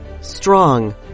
strong